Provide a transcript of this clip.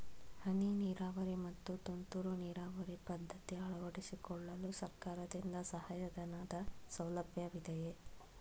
ಹನಿ ನೀರಾವರಿ ಮತ್ತು ತುಂತುರು ನೀರಾವರಿ ಪದ್ಧತಿ ಅಳವಡಿಸಿಕೊಳ್ಳಲು ಸರ್ಕಾರದಿಂದ ಸಹಾಯಧನದ ಸೌಲಭ್ಯವಿದೆಯೇ?